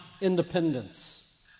independence